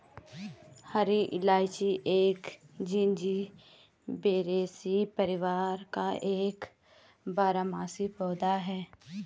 हरी इलायची एक जिंजीबेरेसी परिवार का एक बारहमासी पौधा है